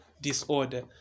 disorder